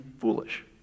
foolish